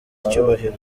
icyubahiro